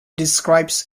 describes